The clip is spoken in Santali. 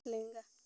ᱞᱮᱸᱜᱟ